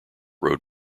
road